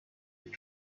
with